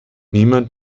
niemand